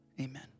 Amen